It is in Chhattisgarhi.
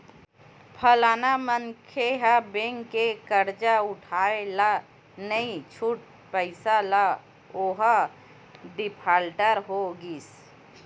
फलाना मनखे ह बेंक के करजा उठाय ल नइ छूट पाइस त ओहा डिफाल्टर हो गिस